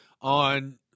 on